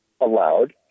allowed